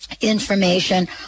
information